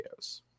videos